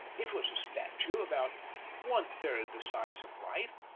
it was a statue about one-third the size of life,